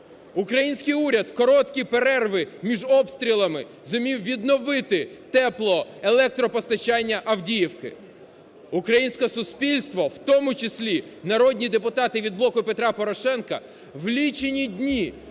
Український уряд в короткі перерви між обстрілами зумів відновити тепло-, електропостачання Авдіївки. Українське суспільство, в тому числі народні депутати від "Блоку Петра Порошенка", в лічені дні